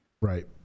Right